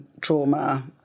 trauma